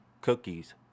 Cookies